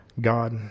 God